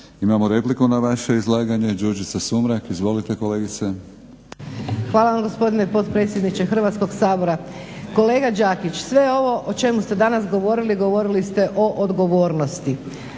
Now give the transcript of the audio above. Imamo repliku na vaše izlaganje, Đurđica Sumrak. Izvolite kolegice. **Sumrak, Đurđica (HDZ)** Hvala, gospodine potpredsjedniče Hrvatskog sabora. Kolega Đakić, sve ovo o čemu ste danas govorili, govorili ste o odgovornosti.